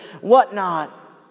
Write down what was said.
whatnot